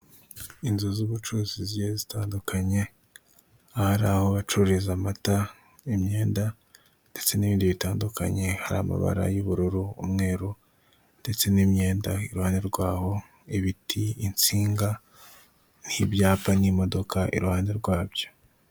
Inzu z'ubucuruzi zigiye zitandukanye hari aho bacururiza amata imyenda ndetse n'ibindi bitandukanye hari amabara y'ubururu umweru ndetse n'imyenda iruhande rw'aho ibiti insinga nk'ibyapa n'imodoka iruhande rwabyo.